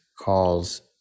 calls